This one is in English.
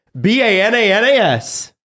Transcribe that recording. B-A-N-A-N-A-S